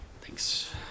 Thanks